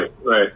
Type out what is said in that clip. right